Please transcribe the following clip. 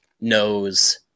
knows